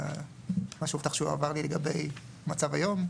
מה שהובטח שיועבר לי לגבי המצב היום.